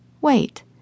Wait